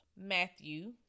Matthew